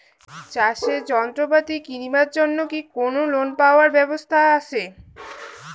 চাষের যন্ত্রপাতি কিনিবার জন্য কি কোনো লোন পাবার ব্যবস্থা আসে?